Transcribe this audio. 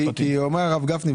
כי אומר הרב גפני,